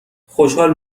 خوشحال